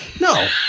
No